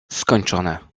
skończone